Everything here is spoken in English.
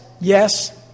yes